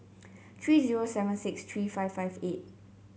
three zero seven six three five five eight